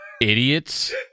idiots